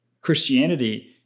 Christianity